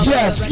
Yes